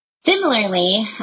Similarly